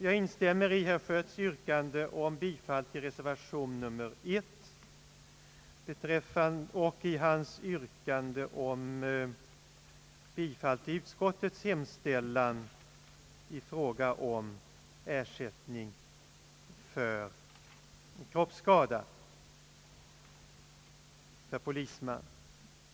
Jag instämmer i herr Schötts yrkande om bifall till reservation nr 1 och i hans yrkande om bifall till utskottets hemställan i fråga om ersättning för polismans kroppsskada.